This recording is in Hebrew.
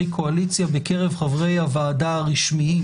קואליציה בקרב חברי הוועדה הרשמיים